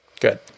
Good